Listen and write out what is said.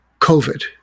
COVID